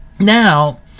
Now